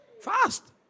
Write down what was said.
Fast